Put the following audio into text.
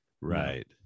Right